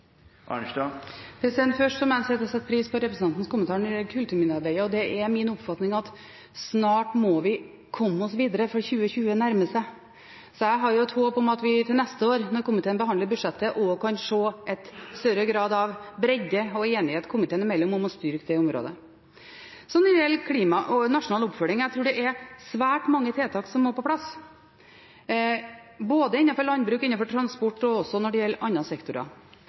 2020 nærmer seg. Jeg har et håp om at vi når komiteen behandler budsjettet til neste år, vil kunne se en større grad av bredde og enighet i komiteen om å styrke det området. Når det gjelder klima og nasjonal oppfølging, tror jeg det er svært mange tiltak som må på plass, både innenfor landbruk, innenfor transport og også når det gjelder andre sektorer.